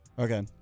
Okay